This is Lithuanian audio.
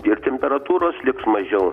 ir temperatūros liks mažiau